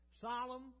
solemn